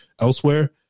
elsewhere